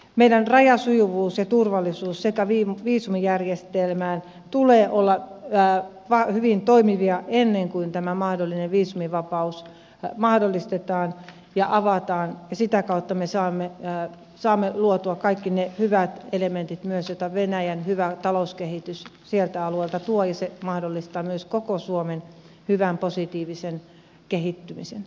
meidän rajasujuvuuden ja turvallisuuden sekä viisumijärjestelmän tulee olla hyvin toimivia ennen kuin tämä mahdollinen viisumivapaus mahdollistetaan ja avataan ja sitä kautta me saamme luotua myös kaikki ne hyvät elementit joita venäjän hyvä talouskehitys sieltä alueelta tuo ja se mahdollistaa myös koko suomen hyvän positiivisen kehittymisen